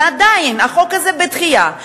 ועדיין החוק הזה בדחייה.